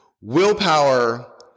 willpower